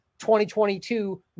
2022